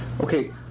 Okay